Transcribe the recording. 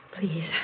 Please